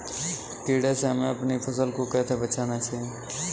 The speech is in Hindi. कीड़े से हमें अपनी फसल को कैसे बचाना चाहिए?